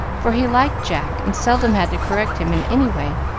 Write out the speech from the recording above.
for he liked jack and seldom had to correct him in any way.